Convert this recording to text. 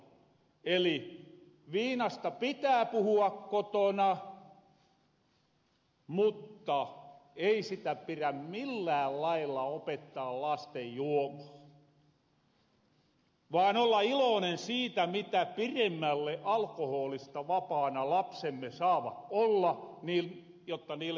eli viinasta pitää puhua kotona mutta ei sitä pirä millään lailla opettaa lasten juomaan vaan olla iloonen siitä mitä piremmälle alkohoolista vapaana lapsemme saavat olla jotta niille tuloo se oma järki kätehen